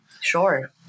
Sure